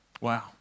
Wow